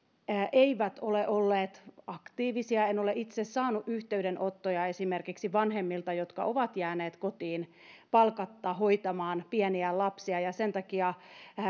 eivät ole olleet aktiivisia en ole itse saanut yhteydenottoja esimerkiksi vanhemmilta jotka ovat jääneet kotiin palkatta hoitamaan pieniä lapsia ja sen takia